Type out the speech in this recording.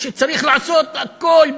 שצריך לעשות הכול,